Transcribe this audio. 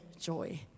joy